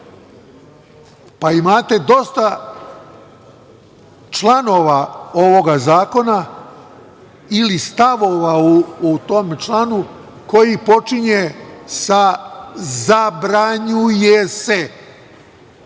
pa imate dosta članova ovog zakona ili stavova u tom članu koji počinju sa „zabranjuje se“.